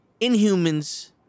Inhumans